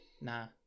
Nah